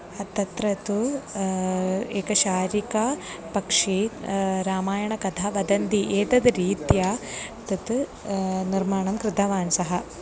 अत् तत्र तु एकशारीकापक्षे रामायणकथा वदन्ति एतद् रीत्या तत् निर्माणं कृतवान् सः